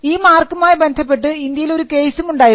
ഈ മാർക്കുമായി ബന്ധപ്പെട്ട് ഇന്ത്യയിൽ ഒരു കേസും ഉണ്ടായിരുന്നു